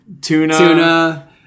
Tuna